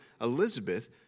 Elizabeth